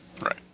Right